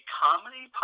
comedy